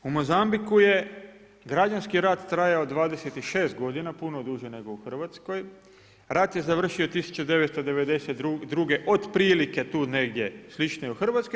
U Mozambiku je građanski rat trajao 26 godina, puno duže nego u Hrvatskoj, rat je završio 1992. otprilike tu negdje slično i u Hrvatskoj.